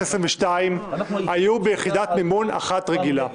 העשרים ושתיים היו ביחידת מימון אחת רגילה.